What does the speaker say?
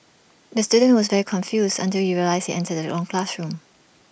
the student was very confused until he realised he entered the wrong classroom